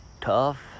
tough